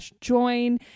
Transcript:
join